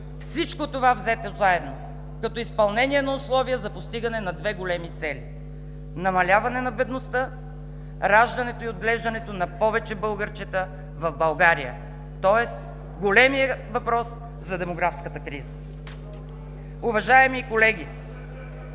всичко това, взето заедно, като изпълнение на условия за постигане на две големи цели: намаляване на бедността, раждането и отглеждането на повече българчета в България, тоест големия въпрос за демографската криза. Уважаеми колеги,